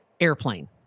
airplane